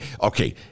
Okay